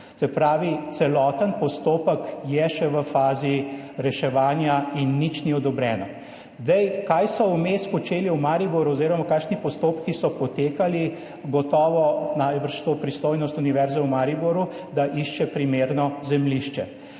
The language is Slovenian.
Se pravi, celoten postopek je še v fazi reševanja in nič ni odobreno. Kaj so vmes počeli v Mariboru oziroma kakšni postopki so potekali, gotovo, najbrž je to pristojnost Univerze v Mariboru, da išče primerno zemljišče.